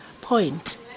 point